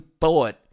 thought